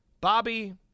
Bobby